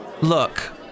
Look